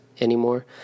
anymore